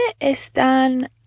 están